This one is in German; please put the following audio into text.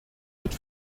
mit